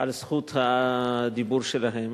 על רשות הדיבור שלהם,